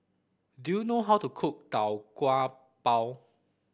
do you know how to cook Tau Kwa Pau